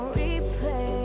replay